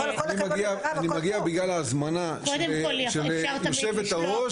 אני מגיע בגלל ההזמנה של יושבת הראש.